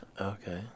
Okay